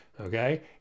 Okay